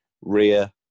Rear